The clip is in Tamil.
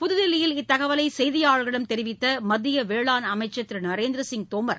புதுதில்லியில் இத்தகவலை செய்தியாளர்களிடம் தெரிவித்த மத்திய அவளான் அமைச்சர் திரு நரேந்திசிய் தோமர்